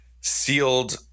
sealed